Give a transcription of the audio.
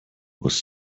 was